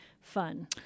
fun